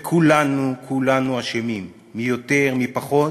וכולנו, כולנו אשמים, מי יותר, מי פחות,